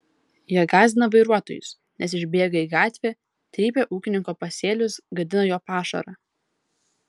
jie gąsdina vairuotojus nes išbėga į gatvę trypia ūkininko pasėlius gadina jo pašarą